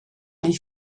les